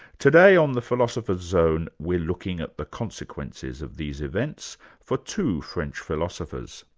today on the philosopher's zone we're looking at the consequences of these events for two french philosophers,